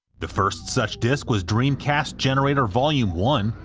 the first such disc was dreamcast generator vol. yeah um one,